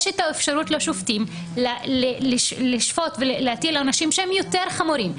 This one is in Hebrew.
יש את האפשרות לשופטים לשפוט ולהטיל עונשים שהם יותר חמורים.